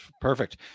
perfect